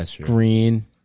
green